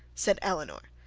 said elinor,